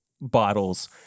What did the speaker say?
bottles